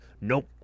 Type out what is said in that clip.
nope